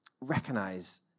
recognize